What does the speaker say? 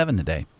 today